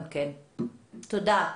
תודה.